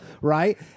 right